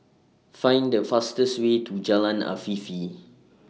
Find The fastest Way to Jalan Afifi